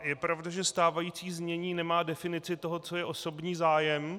Je pravda, že stávající znění nemá definici toho, co je osobní zájem.